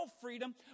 freedom